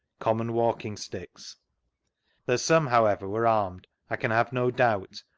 common walking-sticks that some, however, were armed i can have no doubt,